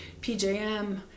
PJM